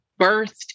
birthed